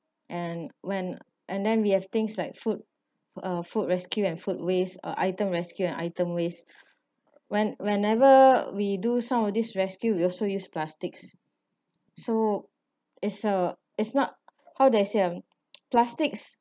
and when and then we have things like food uh food rescue and food waste uh item rescue and item waste when whenever we do some of this rescue we also use plastics so it's a it's not how they say ah plastics